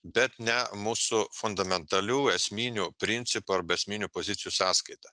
bet ne mūsų fundamentalių esminių principų arba esminių pozicijų sąskaita